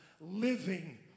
living